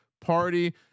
party